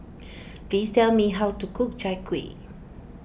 please tell me how to cook Chai Kuih